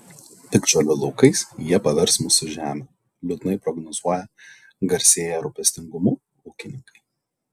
piktžolių laukais jie pavers mūsų žemę liūdnai prognozuoja garsėję rūpestingumu ūkininkai